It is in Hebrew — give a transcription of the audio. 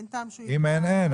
אין טעם שהוא --- אם אין אין,